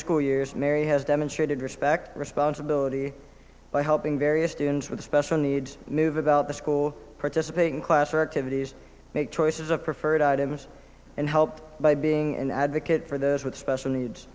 school years mary has demonstrated respect responsibility by helping various students with special needs move about the school participate in class activities make choices of preferred items and help by being an advocate for this with special needs